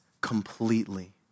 completely